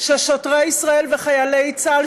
ששוטרי ישראל וחיילי צה"ל,